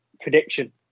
prediction